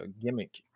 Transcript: gimmick